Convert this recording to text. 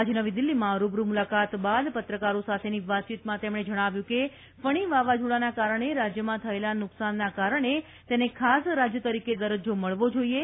આજે નવી દીલ્હીમાં રૂબરૂ મૂલાકાત બાદ પત્રકારો સાથેની વાતચીતમાં તેમકો જજ્ઞાવ્યું કે ફણી વાવાઝોડાના કારકો રાજ્યમાં થયેલા નુકસાનના કારકો તેને ખાસ રાજ્ય તરીકે દરજ્જો મળવો જોઇએ